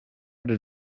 would